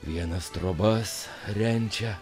vienas trobas renčia